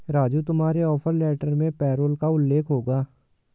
राजू तुम्हारे offer letter में payroll का उल्लेख होगा